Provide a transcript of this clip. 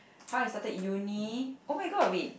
how I started uni oh-my-god wait